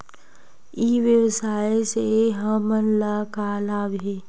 ई व्यवसाय से हमन ला का लाभ हे?